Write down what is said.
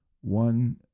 one